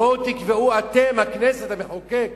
בואו תקבעו אתם, הכנסת, המחוקק,